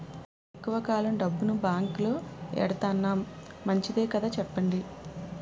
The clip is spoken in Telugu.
ఎక్కువ కాలం డబ్బును బాంకులో ఎడతన్నాం మంచిదే కదా చెప్పండి